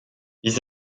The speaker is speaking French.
ils